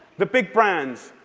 the big brands,